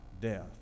death